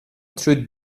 through